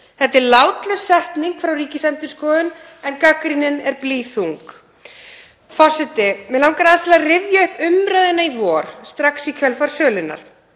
Þetta er látlaus setning frá Ríkisendurskoðun en gagnrýnin er blýþung. Forseti. Mig langar aðeins til að rifja upp umræðuna í vor, strax í kjölfar sölunnar.